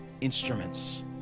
instruments